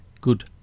Good